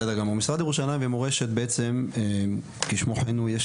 משרד ירושלים ומורשת בעצם כשמו כן הוא.